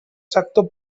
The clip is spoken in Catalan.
sector